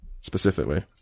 Specifically